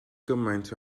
gymaint